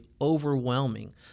overwhelming